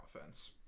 offense